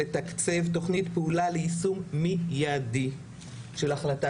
לתקצב תוכנית פעולה ליישום מיידי של החלטה